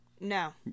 No